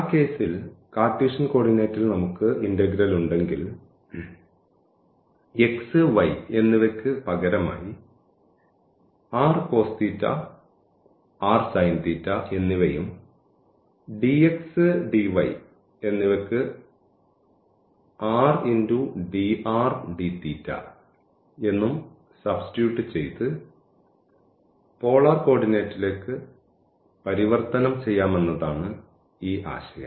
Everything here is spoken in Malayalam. ആ കേസിൽ കാർട്ടീഷ്യൻ കോർഡിനേറ്റിൽ നമുക്ക് ഇന്റഗ്രൽ ഉണ്ടെങ്കിൽ x y എന്നിവയ്ക്ക് പകരമായി rcosθ rsinθ എന്നിവയും dx dy എന്നിവയ്ക്ക് r dr dθ എന്നും സബ്സ്റ്റിറ്റ്യൂട്ട് ചെയ്തു പോളാർ കോർഡിനേറ്റിലേക്ക് പരിവർത്തനം ചെയ്യാമെന്നതാണ് ഈ ആശയം